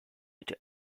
into